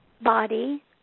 body